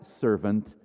servant